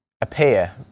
appear